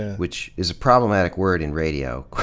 which is a problematic word in radio,